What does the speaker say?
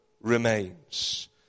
remains